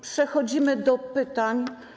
Przechodzimy do pytań.